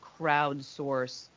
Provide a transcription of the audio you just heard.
crowdsource